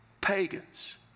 pagans